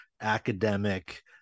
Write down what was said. academic